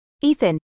Ethan